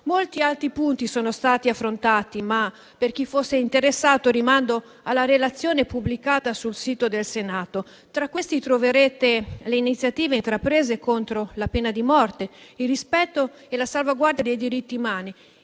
Molti altri punti sono stati affrontati, ma per chi fosse interessato rimando alla relazione pubblicata sul sito del Senato. Tra i vari temi troverete le iniziative intraprese contro la pena di morte e per il rispetto e la salvaguardia dei diritti umani,